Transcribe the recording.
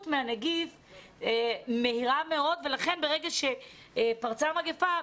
מהנגיף מהירה מאוד ולכן ברגע שפרצה המגפה,